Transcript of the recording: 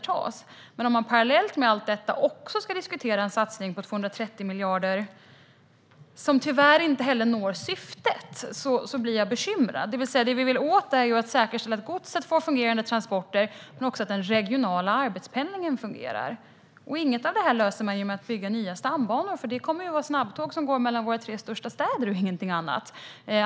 Man kan dock inte parallellt med detta också diskutera en satsning på 230 miljarder, som tyvärr inte heller når syftet. Detta gör mig bekymrad. Det vi vill åt är att säkerställa att godset får fungerande transporter men också att den regionala arbetspendlingen fungerar. Inget av detta löser man genom att bygga nya stambanor. Där kommer det att handla om snabbtåg som går mellan våra tre största städer och ingenting annat.